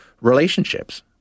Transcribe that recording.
relationships